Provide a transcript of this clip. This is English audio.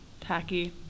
tacky